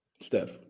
Steph